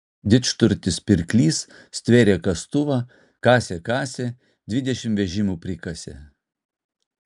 didžturtis pirklys stvėrė kastuvą kasė kasė dvidešimt vežimų prikasė